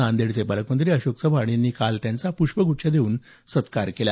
नांदेडचे पालकमंत्री अशोक चव्हाण यांनी त्यांचा प्रष्पग्च्छ देऊन सत्कार केला